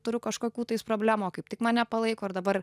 turiu kažkokių problemų o kaip tik mane palaiko ir dabar